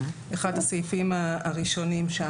אחד הסעיפים הראשונים בה.